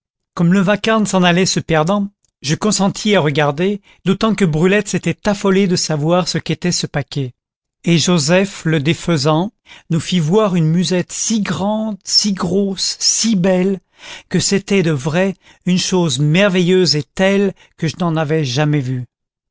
comme le vacarme s'en allait se perdant je consentis à regarder d'autant que brulette était affolée de savoir ce qu'était ce paquet et joseph le défaisant nous fit voir une musette si grande si grosse si belle que c'était de vrai une chose merveilleuse et telle que je n'en avais jamais vue